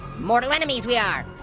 mortal enemies we are.